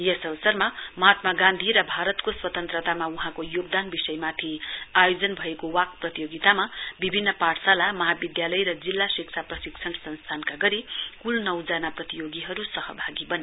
यस अवसरमा महात्मा गान्धी र भारतको स्वतन्त्रतामा वहाँको योगदान विषयमाथि आयोजन भएको वाक् प्रतियोगितामा विभिन्न पाठशाला महाविध्यालय र जिल्ला शिक्षा प्रशिक्षण संस्थानका गरी कूल नौ जना प्रतियोगीहरू सहभागी वने